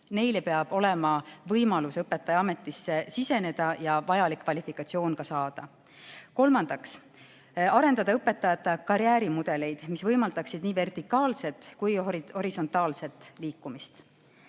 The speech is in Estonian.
Neil peab olema võimalus õpetajaametisse siseneda ja ka vajalik kvalifikatsioon saada. Kolmandaks tuleb arendada õpetajate karjäärimudeleid, mis võimaldaksid nii vertikaalset kui ka horisontaalset liikumist.